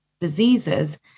diseases